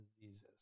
diseases